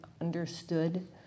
understood